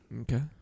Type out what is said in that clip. Okay